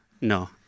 no